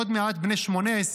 עוד מעט בני 18"